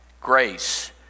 grace